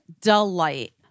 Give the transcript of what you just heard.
delight